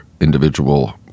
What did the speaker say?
individual